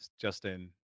Justin